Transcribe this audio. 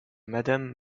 madame